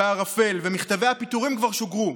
בערפל ומכתבי הפיטורים כבר שוגרו.